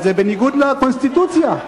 אבל זה בניגוד לקונסטיטוציה.